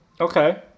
Okay